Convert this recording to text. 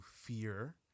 fear